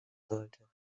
sollte